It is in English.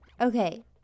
Okay